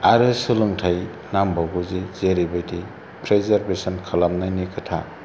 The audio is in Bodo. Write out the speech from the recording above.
आरो सोलोंथाइ नांबावगौ जेरैबादि प्रिजारबेसन खालामनायनि खोथा